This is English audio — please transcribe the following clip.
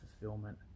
fulfillment